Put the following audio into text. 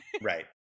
Right